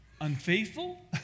unfaithful